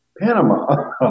Panama